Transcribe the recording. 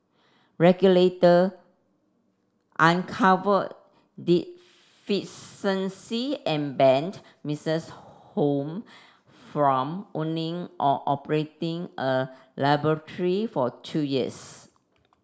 regulator uncovered deficiency and banned Misses Holmes from owning or operating a laboratory for two years